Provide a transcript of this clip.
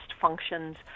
functions